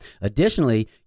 Additionally